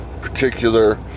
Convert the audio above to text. particular